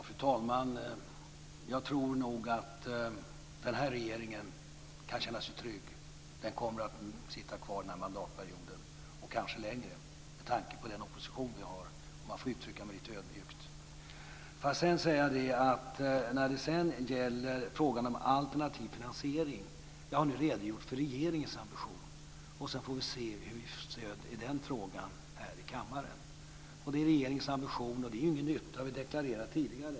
Fru talman! Jag tror nog att den här regeringen kan känna sig trygg. Den kommer att sitta kvar den här mandatperioden och kanske längre, med tanke på den opposition vi har, om jag får uttrycka mig lite ödmjukt. När det gäller frågan om alternativ finansiering har jag nu redogjort för regeringens ambition. Sedan får vi se hur vi får stöd i den frågan här i kammaren. Detta är regeringens ambition, och det är inget nytt. Det här har vi deklarerat tidigare.